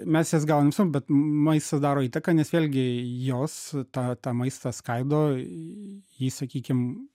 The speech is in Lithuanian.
mes jas gaunam su bet maistas daro įtaką nes vėlgi jos tą tą maistą skaido jį sakykim